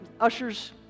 ushers